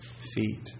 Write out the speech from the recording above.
feet